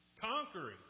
conquering